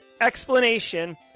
explanation